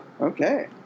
Okay